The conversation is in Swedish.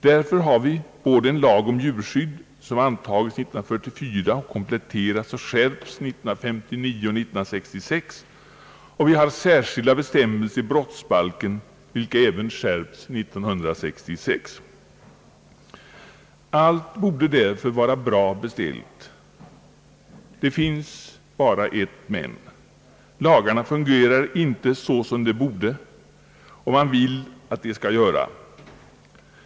Därför har vi både en lag om djurskydd, som antagits 1944 och kompletterats och skärpts 1959 och 1966, och särskilda bestämmelser i brottsbalken, vilka även skärpts 1966. Allt borde därför vara bra beställt — det finns bara ett men, Lagarna fungerar inte som de borde och som man vill att de skall göra.